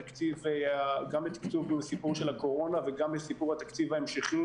גם בתקצוב סיפור הקורונה וגם לסיפור התקציב ההמשכי.